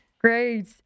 great